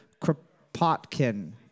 Kropotkin